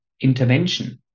intervention